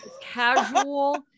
casual